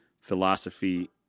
philosophy